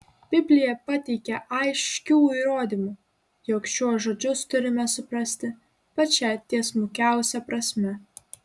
biblija pateikia aiškių įrodymų jog šiuos žodžius turime suprasti pačia tiesmukiausia prasme